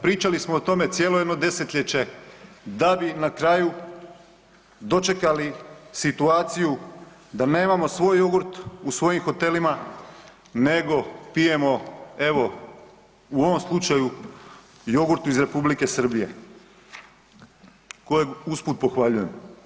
Pričali smo o tome cijelo jedno desetljeće da bi na kraju dočekali situaciju da nemamo svoj jogurt u svojim hotelima, nego pijemo evo u ovom slučaju jogurt iz Republike Srbije kojeg usput pohvaljujem.